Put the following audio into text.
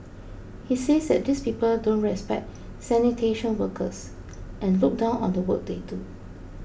he says that these people don't respect sanitation workers and look down on the work they do